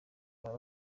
baba